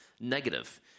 negative